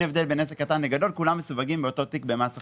אין הבדל בין עסק קטן לגדול; כולם מסווגים באותו התיק במס הכנסה.